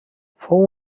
fou